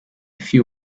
few